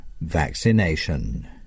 vaccination